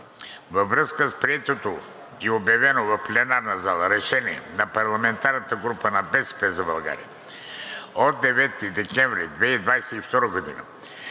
Във връзка с приетото и обявено в пленарната зала решение на парламентарната група на „БСП за България“ от 9 декември 2022 г. за